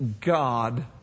God